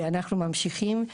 ואנחנו ממשיכים.